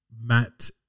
Matt